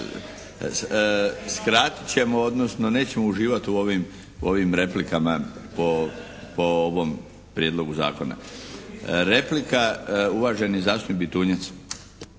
skratit ćemo odnosno nećemo uživati u ovim replikama po ovom prijedlogu zakona. Replika, uvaženi zastupnik Bitunjac.